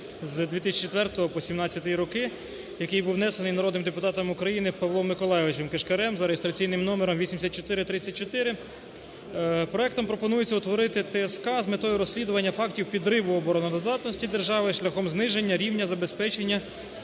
з 2004 по 2017 роки, який був внесений народним депутатом України Павлом Миколайовичем Кишкарем за реєстраційним номером 8434. Проектом пропонується утворити ТСК з метою розслідування фактів підриву обороноздатності держави шляхом зниження рівня забезпечення